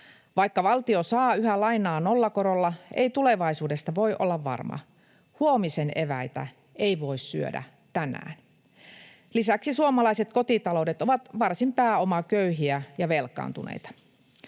Vaikka valtio saa yhä lainaa nollakorolla, ei tulevaisuudesta voi olla varma. Huomisen eväitä ei voi syödä tänään. Lisäksi suomalaiset kotitaloudet ovat varsin pääomaköyhiä ja velkaantuneita.